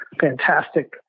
fantastic